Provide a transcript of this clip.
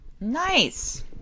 Nice